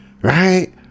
Right